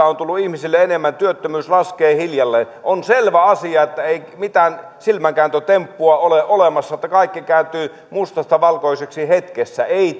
on tullut ihmisille enemmän työttömyys laskee hiljalleen on selvä asia ettei mitään silmänkääntötemppua ole olemassa että kaikki kääntyy mustasta valkoiseksi hetkessä ei